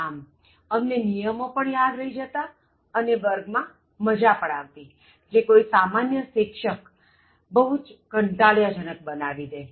આમ અમને નિયમો પણ યાદ રહી જતા અને વર્ગમાં મજા પણ આવતી જે કોઇ સામાન્ય શિક્ષક બહુ કંટાળાજનક બનાવી દેત